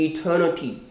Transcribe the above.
Eternity